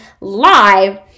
live